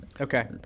okay